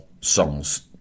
songs